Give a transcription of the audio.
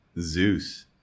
Zeus